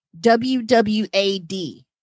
wwad